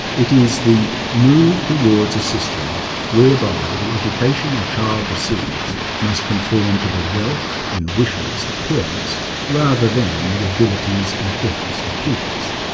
it is the move towards a system whereby the education a child receives must conform to the wealth and wishes of parents rather than the abilities and efforts of the pupils.